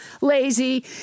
Lazy